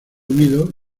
unidos